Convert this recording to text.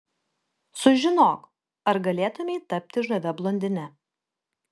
sužinok ar galėtumei tapti žavia blondine